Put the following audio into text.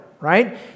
right